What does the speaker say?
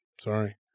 Sorry